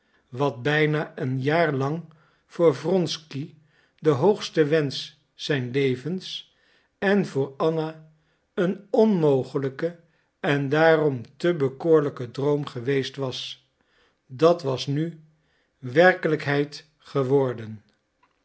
wat bijna een jaar lang voor wronsky de hoogste wensch zijns levens en voor anna een onmogelijke en daarom te bekoorlijker droom geweest was dat was nu werkelijkheid geworden